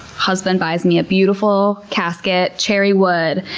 husband buys me a beautiful casket, cherry wood,